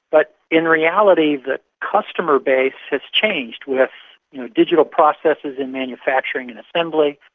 but in reality the customer base has changed with you know digital processes and manufacturing and assembly,